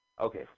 Okay